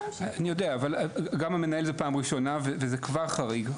אני יודע אבל גם המנהל זה פעם ראשונה וזה כבר חריג.